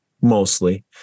mostly